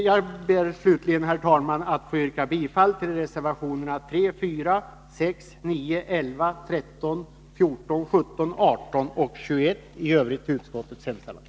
Jag ber med detta, herr talman, att få yrka bifall till reservationerna 3, 4,6, 9, 11, 13, 14, 17, 18 och 21 samt i övrigt till utskottets hemställan.